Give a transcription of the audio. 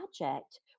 project